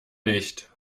nicht